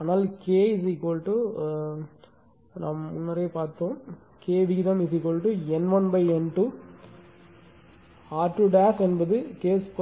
ஆனால் K நாம் முன்னர் பார்த்த K விகிதம் N1 N2 R2 என்பது K 2 R2